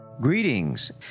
Greetings